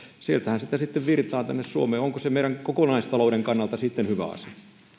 sittenhän sieltä sitä virtaa tänne suomeen onko se sitten meidän kokonaistalouden kannalta hyvä asia